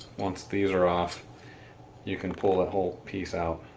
once these are off you can pull the whole piece out.